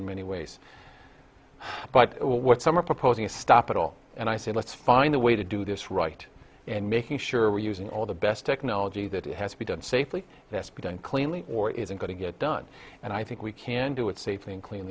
in many ways but what some are proposing a stop at all and i say let's find a way to do this right and making sure we're using all the best technology that it has to be done safely that's been done cleanly or isn't going to get done and i think we can do it safely and